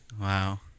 Wow